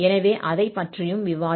எனவே அதை பற்றியும் விவாதிப்போம்